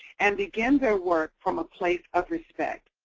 and begin their work from a place of respect.